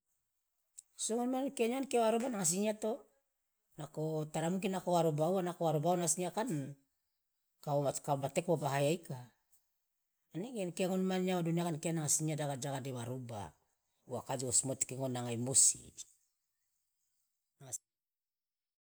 so ngon man kia nyawa ankia wa roba nanga sinyia to nako tara mungkin nako wa roba uwa nako wa roba uwa na sinyia kan kawoma teke bobahaya ika manege ankia ngone man nyawa duniaka an kia nanga sinyia jaga de wa ruba uwa kaje wosmoteke ngon nanga emosi.